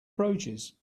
approaches